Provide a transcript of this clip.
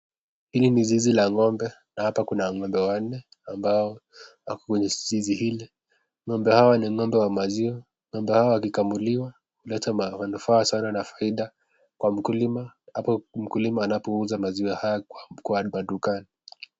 Hii ni zizi la ngombe na hapa ni ngombe wanne ambao wako kwenye zizi hili ngombe hawa ni ngombe wa maziwa ngombe hawa wakikamuliwa uleta manufaa sana na faidha Kwa mkulima anapouza maziwa Kwa hariba dukani.